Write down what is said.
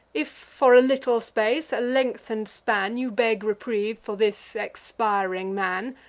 if for a little space, a lengthen'd span, you beg reprieve for this expiring man,